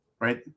Right